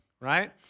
right